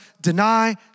deny